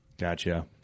Gotcha